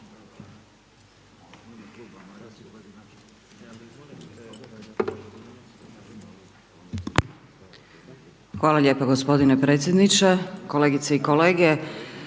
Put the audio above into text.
Hvala lijepo g. potpredsjedniče, kolegice i kolege.